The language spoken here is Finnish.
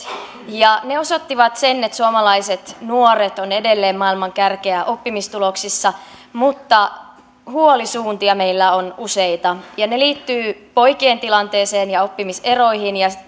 ja ne osoittivat sen että suomalaiset nuoret ovat edelleen maailman kärkeä oppimistuloksissa mutta huolisuuntia meillä on useita ja ne liittyvät poikien tilanteeseen ja oppimiseroihin ja